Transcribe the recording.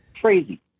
crazy